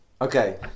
Okay